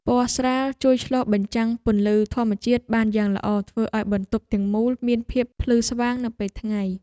ពណ៌ស្រាលជួយឆ្លុះបញ្ចាំងពន្លឺធម្មជាតិបានយ៉ាងល្អធ្វើឱ្យបន្ទប់ទាំងមូលមានភាពភ្លឺស្វាងនៅពេលថ្ងៃ។